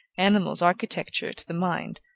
animals, architecture, to the mind,